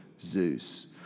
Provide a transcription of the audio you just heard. Zeus